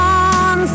on